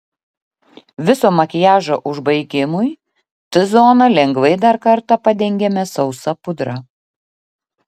viso makiažo užbaigimui t zoną lengvai dar kartą padengiame sausa pudra